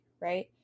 right